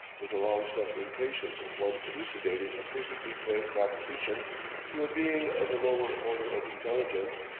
with the long-suffering patience of one elucidating a perfectly plain proposition to a being of a lower order of intelligence,